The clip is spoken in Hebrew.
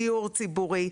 בדיור ציבורי,